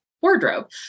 wardrobe